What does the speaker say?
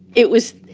it was,